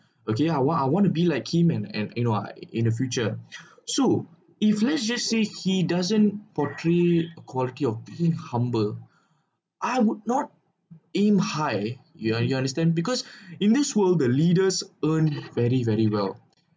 okay ah want I want to be like him and and you know ah in the future so if let's just say he doesn't portray quality of being humble I would not aim high you uh you understand because in this world the leaders earned very very well